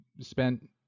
spent